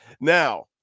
Now